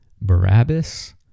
Barabbas